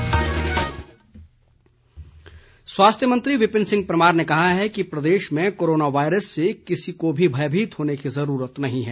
corona स्वास्थ्य मंत्री विपिन परमार ने कहा है कि प्रदेश में कोरोना वायरस से किसी को भी भयभीत होने की जरूरत नहीं है